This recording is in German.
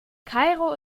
kairo